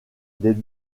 des